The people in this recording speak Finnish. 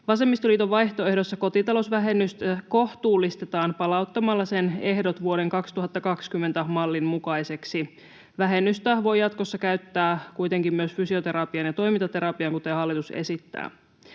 Vasemmistoliiton vaihtoehdossa kotitalousvähennystä kohtuullistetaan palauttamalla sen ehdot vuoden 2020 mallin mukaiseksi. Vähennystä voi jatkossa käyttää kuitenkin myös fysioterapiaan ja toimintaterapiaan, kuten hallitus esittää.